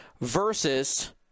Versus